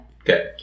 okay